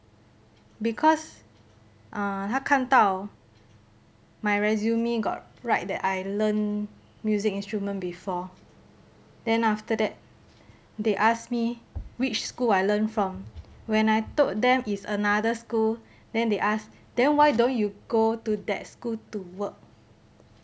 because err 他看到 my resume got write that I learnt music instrument before then after that they asked me which school I learnt from when I told them is another school then they asked then why don't you go to that school to work